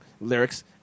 lyrics